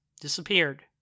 disappeared